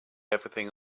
everything